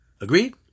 Agreed